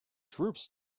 troupes